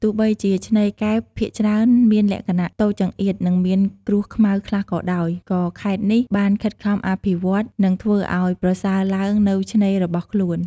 ទោះបីជាឆ្នេរកែបភាគច្រើនមានលក្ខណៈតូចចង្អៀត និងមានគ្រួសខ្មៅខ្លះក៏ដោយ ក៏ខេត្តនេះបានខិតខំអភិវឌ្ឍ និងធ្វើឱ្យប្រសើរឡើងនូវឆ្នេររបស់ខ្លួន។